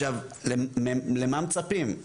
למה מצפים?